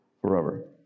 forever